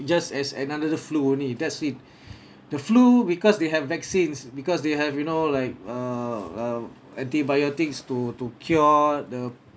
just as another flu only that's it the flu because they have vaccines because they have you know like uh uh antibiotics to to cure the